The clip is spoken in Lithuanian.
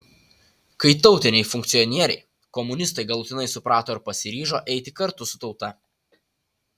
kai tautiniai funkcionieriai komunistai galutinai suprato ir pasiryžo eiti kartu su tauta